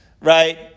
right